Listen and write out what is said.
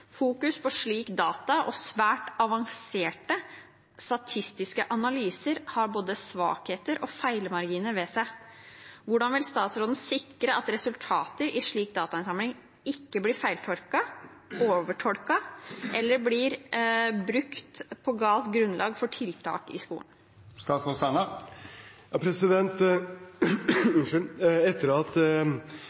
på slike data og svært avanserte statistiske analyser, har både svakheter og feilmarginer ved seg. Hvordan vil statsråden sikre at resultater i slik datainnsamling ikke blir feiltolket, overtolket eller brukt på galt grunnlag for tiltak i skolen?